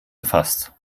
erfasst